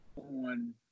on